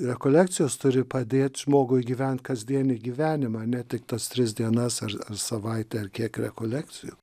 rekolekcijos turi padėt žmogui gyvenant kasdienį gyvenimą ne tik tas tris dienas ar ar savaitę ar kiek rekolekcijų